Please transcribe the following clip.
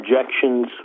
Objections